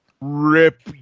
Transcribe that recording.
rip